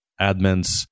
admins